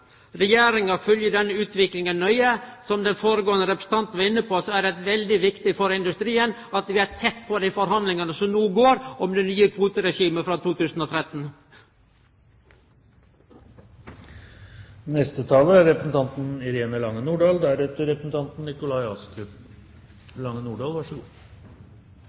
Regjeringa følgjer denne utviklinga nøye. Som den førre representanten var inne på, er det veldig viktig for industrien at vi er tett på dei forhandlingane som no går om det nye kvoteregimet frå 2013.